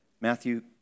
Matthew